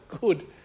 good